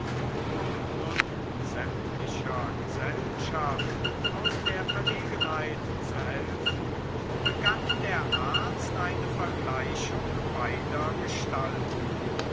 um nun sämtlicher gesellschaft aus der verlegenheit zu helfen begann der arzt eine vergleichung beider gestalten